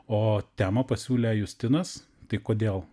o temą pasiūlė justinas tai kodėl